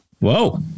Whoa